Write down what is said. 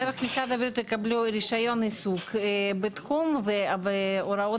דרך הזאת תקבלו רישיון עיסוק בתחום והוראות